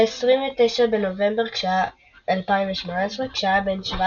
ב-29 בנובמבר 2018 כשהיה בן 17